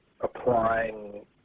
applying